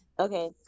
Okay